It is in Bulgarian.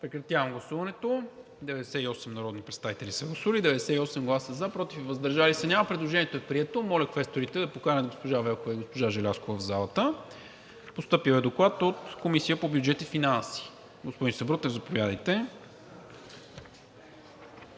Желязкова. Гласували 98 народни представители: за 98, против и въздържали се няма. Предложението е прието. Моля квесторите да поканят госпожа Велкова и госпожа Желязкова в залата. Постъпил е Доклад от Комисията по бюджет и финанси. Господин Сабрутев, заповядайте.